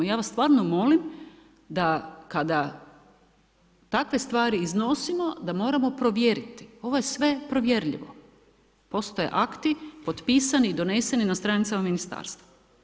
Ja vas stvarno molim da kada takve stvari iznosimo da moramo provjeriti, ovo je sve provjerljivo, postoje akti, potpisani i doneseni na stranicama ministarstva.